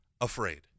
afraid